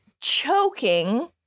choking